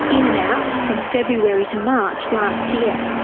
in and out, from february to march last year.